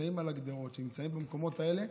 כשנמצאים על הגדרות, כשנמצאים במקומות האלה,